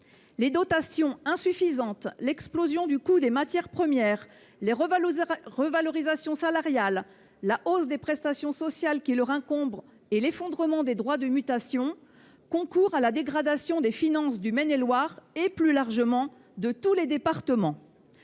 Les dotations insuffisantes, l’explosion du coût des matières premières, les revalorisations salariales, la hausse des prestations sociales qui leur incombent et l’effondrement des droits de mutation concourent à la dégradation des finances du département de Maine et Loire et, plus largement, de tous les départements.